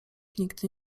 nigdy